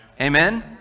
Amen